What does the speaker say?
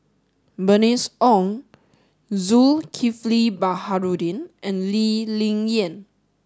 Bernice Ong Zulkifli Baharudin and Lee Ling Yen